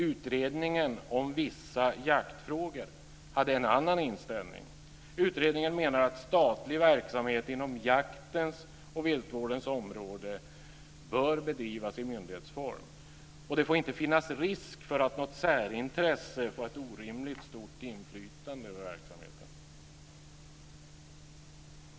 Utredningen om vissa jaktfrågor hade en annan inställning. Man menade att statlig verksamhet inom jaktens och viltvårdens område bör bedrivas i myndighetsform, och det får inte finnas risk för att något särintresse får ett orimligt stort inflytande över verksamheten.